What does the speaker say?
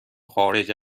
خارج